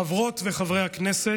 חברות וחברי הכנסת,